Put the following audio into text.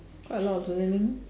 quite a lot of learning